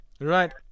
Right